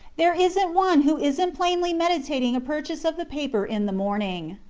there isn't one who isn't plainly meditating a purchase of the paper in the morning,